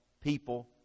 people